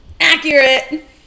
Accurate